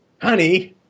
honey